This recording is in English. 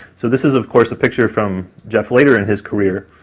so this is of course a picture from jeff later in his career.